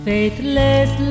Faithless